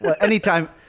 Anytime